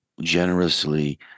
generously